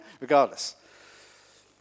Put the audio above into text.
Regardless